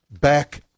back